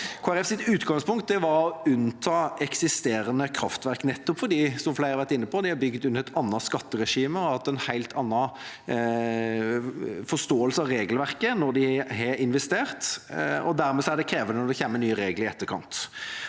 utgangspunkt var å unnta eksisterende kraftverk, nettopp fordi de er bygd under et annet skatteregime, som flere har vært inne på. De har hatt en helt annen forståelse av regelverket når de har investert, og dermed er det krevende når det kommer nye regler i etterkant.